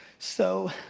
so,